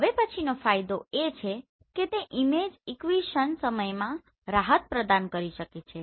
હવે પછીનો ફાયદો એ છે કે તે ઈમેજ એક્વિઝિશન સમયમાં રાહત પ્રદાન કરી શકે છે